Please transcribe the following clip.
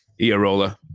Iarola